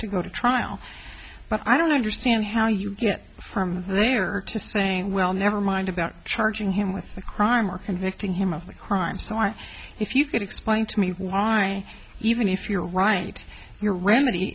to go to trial but i don't understand how you get from there to saying well never mind about charging him with the crime or convicting him of the crime so i if you could explain to me why even if you're right your remedy